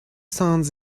sounds